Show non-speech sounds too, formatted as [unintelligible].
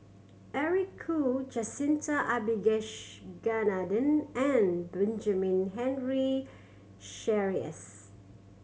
Eric Khoo Jacintha [unintelligible] and Benjamin Henry Sheares